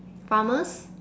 farmers